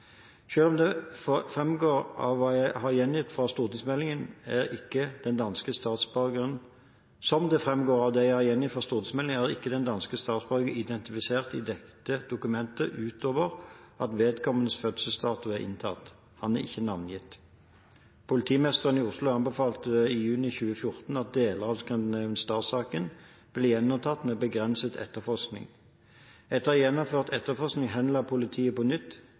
det framgår av hva jeg har gjengitt fra stortingsmeldingen, er ikke den danske statsborgeren identifisert i dette dokumentet utover at vedkommendes fødselsdato er inntatt. Han er ikke navngitt. Politimesteren i Oslo anbefalte i juni 2014 at deler av Scandinavian Star-saken ble gjenopptatt med begrenset etterforskning. Etter gjennomført etterforskning henla politiet på nytt